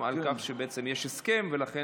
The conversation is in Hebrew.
ואני מניח שגם כבוד היושב-ראש ישיב לך על הדברים האלה.